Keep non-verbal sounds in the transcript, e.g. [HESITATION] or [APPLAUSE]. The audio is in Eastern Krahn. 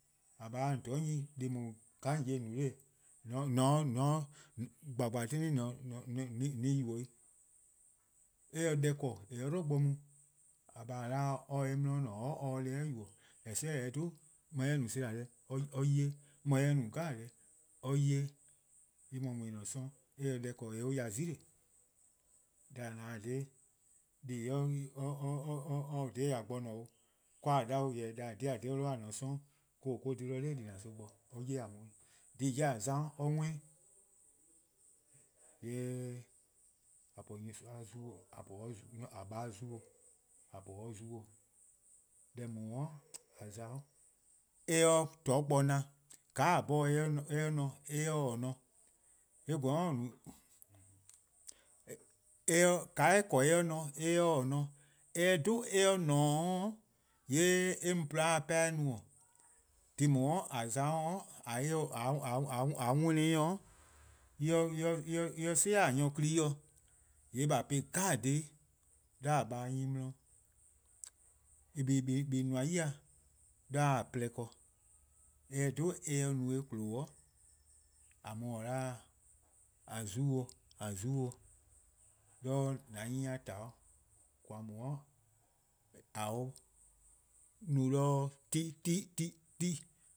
:Mor :a :baa se :on'toror' 'nyi deh+ :daa :kaa :on 'ye :on no 'dee', [HESITATION] :gba :gba klehkpeh klehkpeh :on se-ih yubo: 'i. Eh se deh :korn :eh 'ye-a 'dlu bo mu :a :baa' 'ye :a 'o or se 'de eh 'di ne 'or or se-eh deh 'i yubo: [HESITATION] eh 'jeh :eh 'dhu saasa deh [HESITATION] or 'ye-eh, eh :yeh 'dhu deh 'jeh or 'ye-eh, en :mor :en :ne-a 'sororn' eh se deh :korn :eh 'ye 'or 'dih 'zile:. Deh :a :ne-a :dha :daa [HESITATION] [HESITATION] or se dha :a bo :ne 'o ka :a 'da 'o jorwor: deh :a :dhe-a dih :dha :daa :a :ne-a 'sororn' or-: 'dha dih dha :dila: son bo or 'ye-a 'weh. dhih-a 'jeh :a za-a' or 'worn-ih'. :yee' :a po nyorsoa-a' zio' :a [HESITATION] po :a :baa' 'zio', :a po or 'zi 'o, deh :daa :a za-' eh 'ye 'toror' bo :na, :ka :a 'bhorn eh 'ye-a :ne eh 'ya :ao' :ne. [HESITATION] :ka eh :korn eh 'ya-a :ne eh 'ye :ao' :ne. :mor eh 'dhu eh :ne-a 'oo', :yee' eh mu :porluh-a dih 'pehn-a no. Dhih :daa :a za-a' [HESITATION] :mor :a worn-dih-dih-' :mor [HESITATION] en 'zi 'de :a nyor-kli-' dih-' :yee' :a po-ih' dhih 'jeh-' 'de :a :baa' 'nyne 'di 'nye [HESITATION] en :nmor 'yi-dih 'de :a porluh+ ken. :mor eh 'dhu eh no-eh 'chio'lo-', :a mu-a :an zio' :an zio'. 'De :an 'nyne-a :taa, :koan: :daa :a 'ye-or no 'do. [HESITATION]